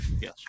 Yes